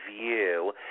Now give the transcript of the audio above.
view